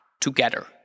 together